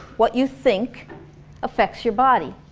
what you think affects your body.